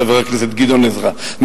חבר הכנסת גדעון עזרא,